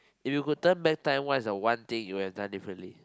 if you could turn back time what is the one thing you would have done differently